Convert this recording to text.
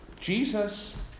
Jesus